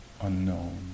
unknown